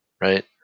right